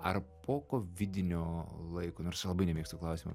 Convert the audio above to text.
ar po kovidinio laiko nors čia labai nemėgstu klausimo